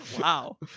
Wow